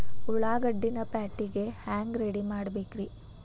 ಉಳ್ಳಾಗಡ್ಡಿನ ಪ್ಯಾಟಿಗೆ ಹ್ಯಾಂಗ ರೆಡಿಮಾಡಬೇಕ್ರೇ?